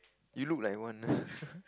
you look like one